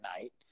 night